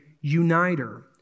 uniter